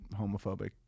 homophobic